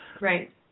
Right